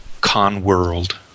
con-world